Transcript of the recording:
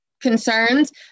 concerns